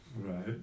Right